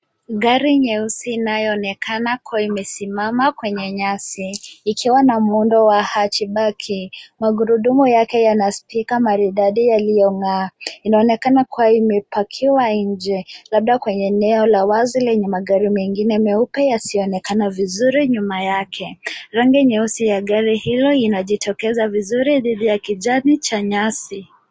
Gari nyeusi inayoonekana kuwa imesimama kwenye nyasi, ikiwa na muundo wa hachibaki. Magurudumu yake yana stika maridadi yaliyong'aa. Inaonekana kuwa imepakiwa nje, labda kwenye eneo la wazi lenye magari mengine meupe yasiyoonekana vizuri nyuma yake. Rangi nyeusi ya gari hiyo inajitokeza vizuri dhidi ya kijani cha nyasi.